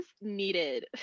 needed